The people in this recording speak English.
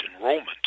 enrollment